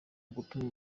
gutuma